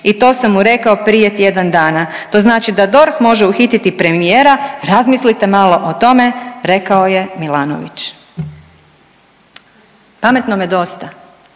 i to sam mu rekao prije tjedan dana. To znači da DORH može uhititi premijera. Razmislite malo o tome, rekao je Milanović. Pametnome dosta!